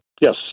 Yes